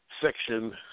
section